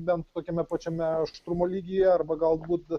bent tokiame pačiame aštrumo lygyje arba galbūt